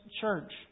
church